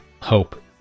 hope